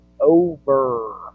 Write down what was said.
over